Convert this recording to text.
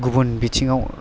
गुबुन बिथिङाव